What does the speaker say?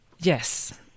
yes